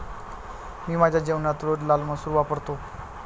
मी माझ्या जेवणात रोज लाल मसूर वापरतो